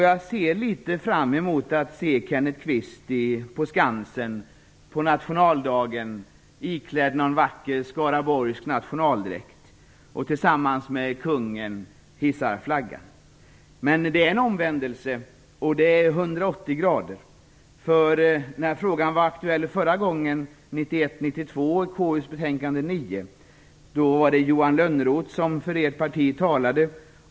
Jag ser litet fram emot att se Kenneth Kvist på Skansen på nationaldagen iklädd någon vacker skaraborgsk nationaldräkt och tillsammans med kungen hissa flaggan. Men det är en omvändelse, och den har skett i 180 grader. talade Johan Lönnroth för Vänsterpartiet.